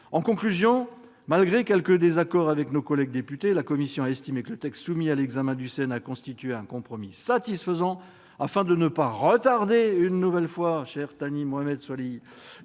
française. Malgré quelques désaccords avec nos collègues députés, la commission a estimé que le texte soumis à l'examen du Sénat constituait un compromis satisfaisant. Afin de ne pas retarder une nouvelle fois, cher Thani Mohamed Soilihi,